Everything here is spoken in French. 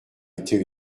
été